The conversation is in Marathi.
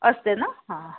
असते ना हां